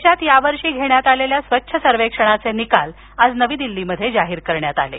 देशात यावर्षी घेण्यात आलेल्या स्वच्छ सर्वेक्षणाचे निकाल आज नवी दिल्लीत जाहीर करण्यात आले आहेत